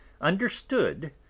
understood